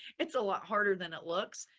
it's a lot harder than it looks.